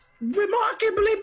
remarkably